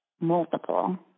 Multiple